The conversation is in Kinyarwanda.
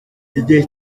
igihe